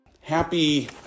Happy